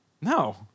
No